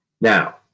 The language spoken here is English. Now